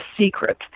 secret